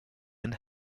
and